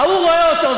ההוא רואה אותו,